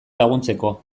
laguntzeko